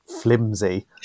flimsy